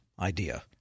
idea